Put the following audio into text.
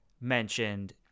mentioned